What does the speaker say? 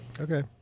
Okay